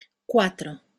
cuatro